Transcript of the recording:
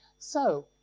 so,